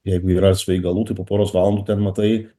jeigu yra svaigalų tai po poros valandų ten matai